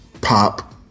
pop